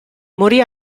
morì